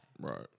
Right